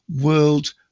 world